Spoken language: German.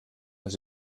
das